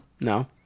No